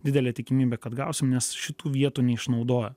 didelė tikimybė kad gausim nes šitų vietų neišnaudojo